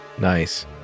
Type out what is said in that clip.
nice